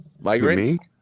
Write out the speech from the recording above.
Migrants